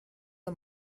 her